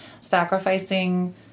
sacrificing